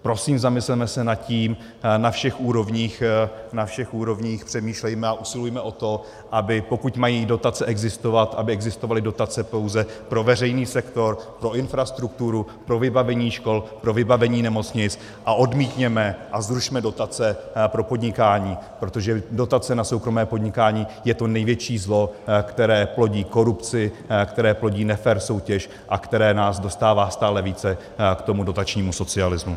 Prosím, zamysleme se nad tím na všech úrovních, na všech úrovních přemýšlejme a usilujme o to, aby pokud mají dotace existovat, aby existovaly dotace pouze pro veřejný sektor, pro infrastrukturu, pro vybavení škol, pro vybavení nemocnic, a odmítněme a zrušme dotace pro podnikání, protože dotace na soukromé podnikání je to největší zlo, které plodí korupci, které plodí nefér soutěž a které nás dostává stále více k tomu dotačnímu socialismu.